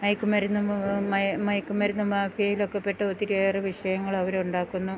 മയക്കുമരുന്ന് മയക്കുമരുന്ന് മാഫിയേലൊക്ക പെട്ട് ഒത്തിരിയേറെ വിഷയങ്ങൾ അവരുണ്ടാക്കുന്നു